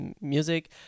music